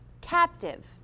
captive